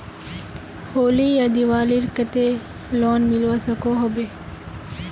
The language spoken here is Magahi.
होली या दिवालीर केते लोन मिलवा सकोहो होबे?